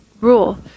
rule